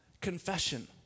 Confession